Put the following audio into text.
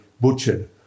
butchered